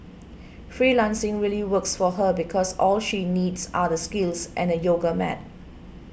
freelancing really works for her because all she needs are the skills and a yoga mat